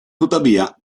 tuttavia